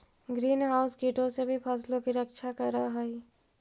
green house कीटों से भी फसलों की रक्षा करअ हई